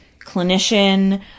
clinician